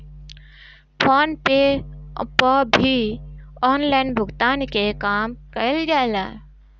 phone पे पअ भी ऑनलाइन भुगतान के काम कईल जाला